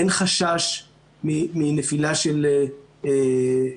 אין חשש מנפילה של